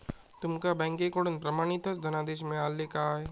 तुमका बँकेकडून प्रमाणितच धनादेश मिळाल्ले काय?